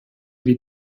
wie